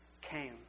came